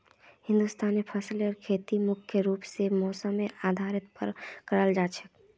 हिंदुस्तानत फसलेर खेती मुख्य रूप से मौसमेर आधारेर पर कराल जा छे